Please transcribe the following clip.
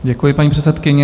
Děkuji, paní předsedkyně.